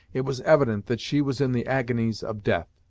it was evident that she was in the agonies of death,